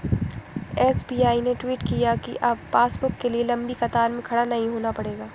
SBI ने tweet किया कि अब पासबुक के लिए लंबी कतार में खड़ा नहीं होना पड़ेगा